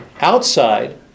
Outside